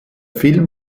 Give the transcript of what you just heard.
film